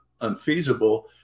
unfeasible